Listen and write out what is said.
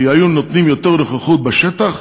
כי היו נותנים יותר נוכחות בשטח,